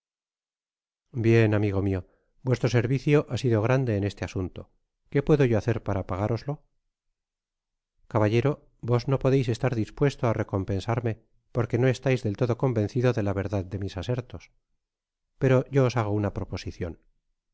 bien amigo mio vuestro servició ha sido grande en este asunto qué ptiedó yó hacer para pagároslo caballero tos no podeis estar dispuesto á recompe arme porque no estais del todo convencido dé la tardad dé mis asertos pero yo os bago una proposicion